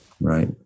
Right